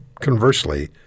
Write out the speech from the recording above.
conversely